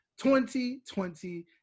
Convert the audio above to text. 2020